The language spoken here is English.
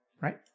Right